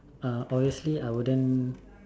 uh obviously I wouldn't